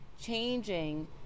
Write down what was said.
changing